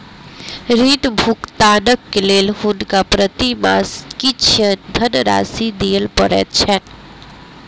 ऋण भुगतानक लेल हुनका प्रति मास किछ धनराशि दिअ पड़ैत छैन